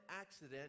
accident